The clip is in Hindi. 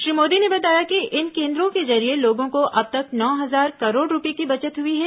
श्री मोदी ने बताया कि इन केन्द्रों के जरिए लोगों को अब तक नौ हजार करोड़ रुपये की बचत हुई है